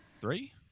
Three